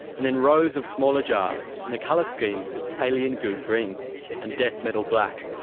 and then rows of smaller jars, and the colour scheme is alien-goo-green and death-metal-black.